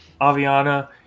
Aviana